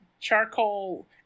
charcoal